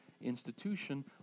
institution